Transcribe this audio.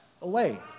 away